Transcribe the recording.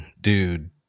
dude